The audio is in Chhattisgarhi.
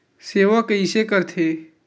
सेवा कइसे करथे?